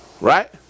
Right